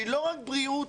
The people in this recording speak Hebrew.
שהיא לא רק בריאות